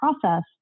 process